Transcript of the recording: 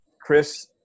Chris